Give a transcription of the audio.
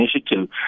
initiative